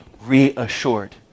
reassured